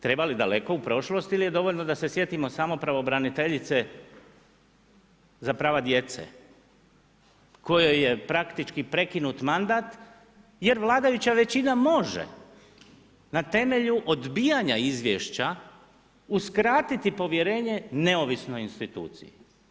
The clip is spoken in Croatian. Treba li daleko u prošlost ili je dovoljno da se sjetio samo pravobraniteljice za prava djece kojoj je praktički prekinut mandat jer vladajuća većina može na temelju odbijanja izvješća uskratiti povjerenje neovisnoj instituciji.